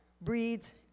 breeds